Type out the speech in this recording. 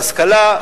בהשכלה,